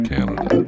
Canada